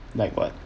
like what